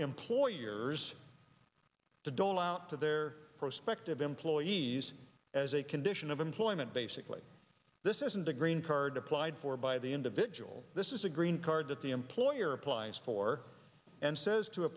employers to dole out to their prospective employees as a condition of employment basically this isn't a green card applied for by the individual this is a green card that the employer applies for and says to a